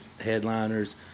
headliners